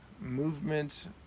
movement